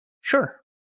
sure